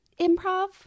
improv